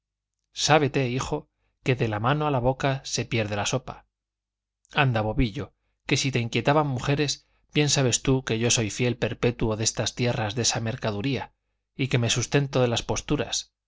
sábete hijo que de la mano a la boca se pierde la sopa anda bobillo que si te inquietaban mujeres bien sabes tú que soy yo fiel perpetuo en esta tierra de esa mercaduría y que me sustento de las posturas